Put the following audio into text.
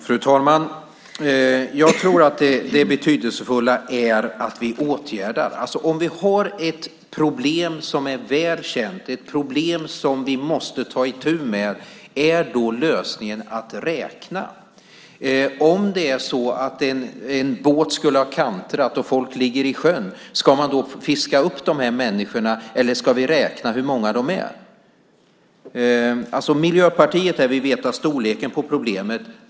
Fru talman! Jag tror att det betydelsefulla är att vi åtgärdar det. Om vi har ett problem som är väl känt och som vi måste ta itu med är då lösningen att räkna? Om en båt har kantrat och folk ligger i sjön ska man då fiska upp människorna eller ska man räkna hur många de är? Miljöpartiet vill veta storleken på problemet.